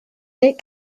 les